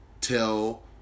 tell